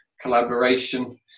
collaboration